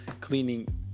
cleaning